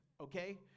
okay